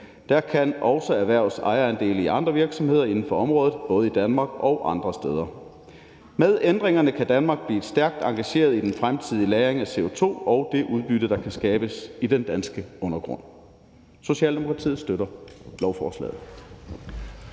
Der kan også erhverves ejerandele i andre virksomheder inden for området, både i Danmark og andre steder. Med ændringerne kan Danmark blive stærkt engageret i den fremtidige lagring af CO2 og det udbytte, der kan skabes i den danske undergrund. Socialdemokratiet støtter lovforslaget.